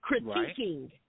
critiquing